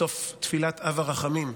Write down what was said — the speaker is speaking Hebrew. בסוף תפילת "אב הרחמים"